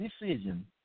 decision